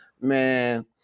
Man